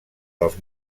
dels